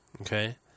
okay